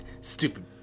Stupid